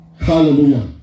Hallelujah